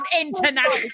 International